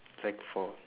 sec four